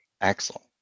Excellent